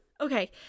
okay